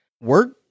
work